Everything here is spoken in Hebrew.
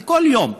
ובכל יום.